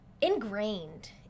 ingrained